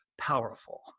powerful